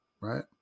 right